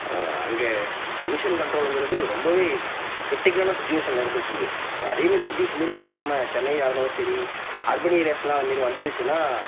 அங்கே எமிஷன் கண்ட்ரோலுங்கிறது ரொம்பவே க்ரிட்டிக்கலான சுச்சுவேஷனில் இருந்துட்டு இருக்குது ஸோ அதே மாதிரி சிட்டீஸ் மாதிரி இங்கே நம்ம சென்னையாக இருந்தாலும் சரி அர்பன் ஏரியாஸ்லாம் அது மாதிரி வந்துருச்சுனால்